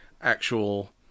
actual